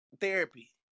therapy